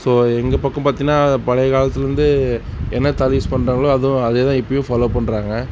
so எங்கள் பக்கம் பார்த்தீன்னா பழைய காலத்திலிருந்தே என்ன தாலி யூஸ் பண்ணுறாங்களோ அதுவும் அதேதான் இப்போயும் ஃபாலோ பண்ணுறாங்க